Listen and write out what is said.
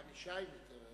גם לאשה היא מוכרת.